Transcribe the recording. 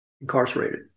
Incarcerated